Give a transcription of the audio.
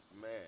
Man